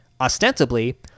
Ostensibly